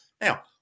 now